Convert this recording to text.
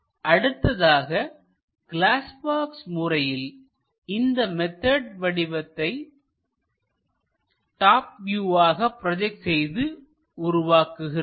அடுத்ததாக glass box முறையில் இந்த மொத்த வடிவத்தை டாப் வியூவாக ப்ரோஜெக்ட் செய்து உருவாக்குகிறோம்